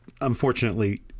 unfortunately